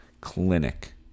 clinic